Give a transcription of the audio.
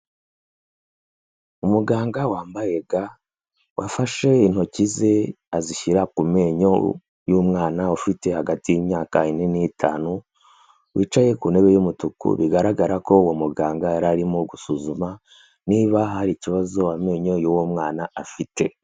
Umuganga wambaye ga wafashe intoki ze azishyira ku menyo y'umwana ufite hagati y'imyaka ine n'itanu, wicaye ku ntebe y'umutuku bigaragara ko uwo muganga yari arimo gusuzuma niba hari ikibazo amenyo y'uwo mwana afite.